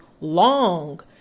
long